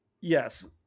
yes